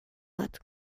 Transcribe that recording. bat